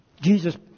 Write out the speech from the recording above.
Jesus